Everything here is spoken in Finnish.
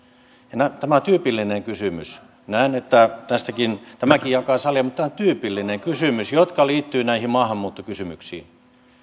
tämä on tyypillinen kysymys näen että tämäkin jakaa salia mutta tämä on tyypillinen kysymys joka liittyy näihin maahanmuuttokysymyksiin